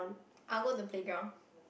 I'll go the playground